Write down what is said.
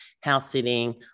house-sitting